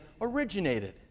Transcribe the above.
originated